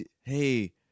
hey